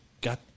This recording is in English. got